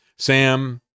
Sam